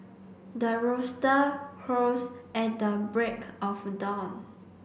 the rooster crows at the break of dawn